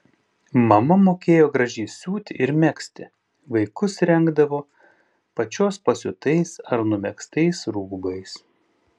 mama mokėjo gražiai siūti ir megzti vaikus rengdavo pačios pasiūtais ar numegztais rūbais